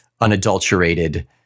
unadulterated